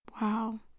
Wow